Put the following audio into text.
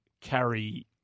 carry